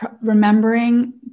remembering